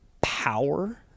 power